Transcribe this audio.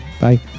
Bye